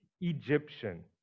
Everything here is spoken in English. Egyptian